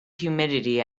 humidity